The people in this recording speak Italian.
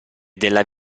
della